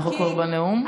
אנחנו כבר בנאום?